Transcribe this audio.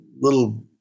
little